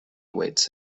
awaits